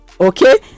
Okay